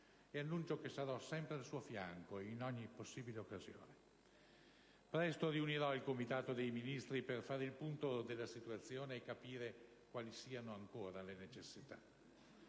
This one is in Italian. e annuncio che sarò sempre al suo fianco in ogni possibile occasione. Presto riunirò il comitato dei Ministri per fare il punto della situazione e capire quali siano ancora le necessità.